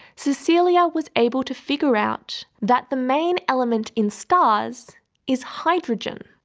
cecilia was able to figure out that the main element in stars is hydrogen.